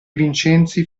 vincenzi